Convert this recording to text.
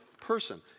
person